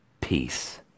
Peace